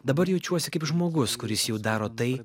dabar jaučiuosi kaip žmogus kuris jau daro tai